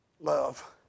Love